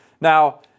Now